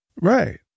right